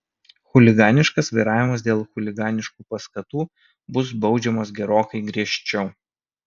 chuliganiškas vairavimas dėl chuliganiškų paskatų bus baudžiamas gerokai griežčiau